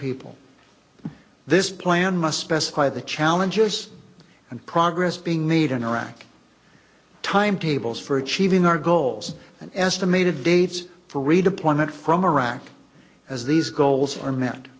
people this plan must specify the challenges and progress being made in iraq timetables for achieving our goals and estimated dates for redeployment from iraq as these goals are met